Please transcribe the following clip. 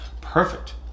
perfect